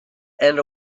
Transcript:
and